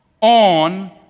on